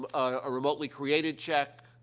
ah a remotely created check.